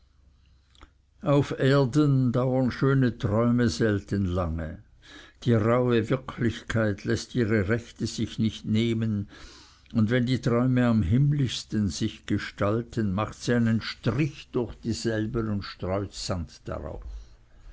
auf erden dauern schöne träume selten lange die rauhe wirklichkeit läßt ihre rechte sich nicht nehmen und wenn die träume am himmlischsten sich gestalten macht sie einen strich durch dieselben und streut sand darauf